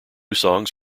songs